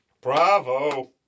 Bravo